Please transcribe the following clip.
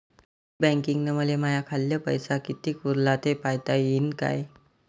Net बँकिंगनं मले माह्या खाल्ल पैसा कितीक उरला थे पायता यीन काय?